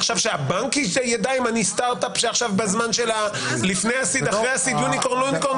שעכשיו הבנק ידע אם אני סטרט-אפ שעכשיו "יוניקורן" או לא "יוניקורן"?